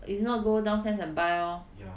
if not go downstairs and buy lor